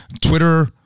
Twitter